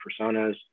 personas